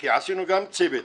כי עשינו גם צוות,